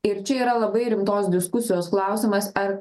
ir čia yra labai rimtos diskusijos klausimas ar